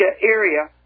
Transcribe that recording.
area